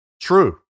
True